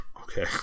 Okay